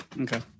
Okay